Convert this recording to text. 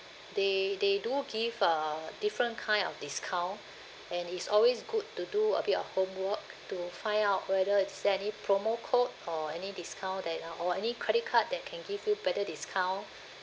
they they do give uh different kind of discount and it's always good to do a bit of homework to find out whether is there any promo code or any discount that uh or any credit card that can give you better discount